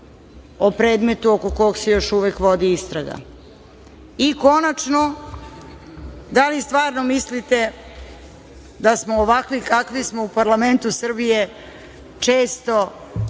o predmetu oko koga se još uvek vodi istraga, i konačno, da li stvarno mislite da smo ovakvi kakvi smo u parlamentu Srbije, često,